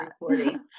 recording